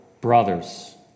brothers